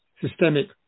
systemic